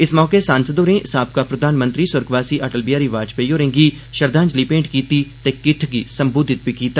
इस मौके सांसद होरें साबका प्रधानमंत्री सुरगवासी अटल बिहारी वाजपेयी होरें'गी श्रद्दांजलि भेंट कीती ते किट्ठ गी संबोधित बी कीता